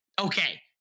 okay